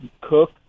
Cook